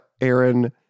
Aaron